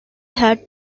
had